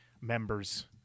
members